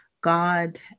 God